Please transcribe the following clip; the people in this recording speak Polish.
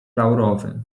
laurowy